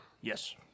Yes